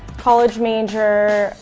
college major,